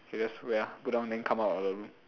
ok just wait ah put down then come out of the room